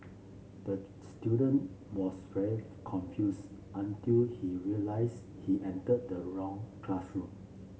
the student was very confused until he realise he entered the wrong classroom